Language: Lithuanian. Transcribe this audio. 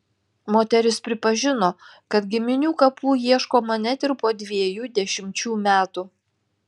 moteris pripažino kad giminių kapų ieškoma net ir po dviejų dešimčių metų